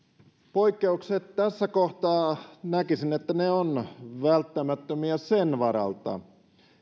poikkeukset tässä kohtaa näkisin että ne ovat välttämättömiä sen varalta